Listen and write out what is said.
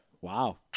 wow